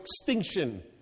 extinction